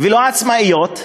ולא עצמאיות.